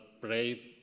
brave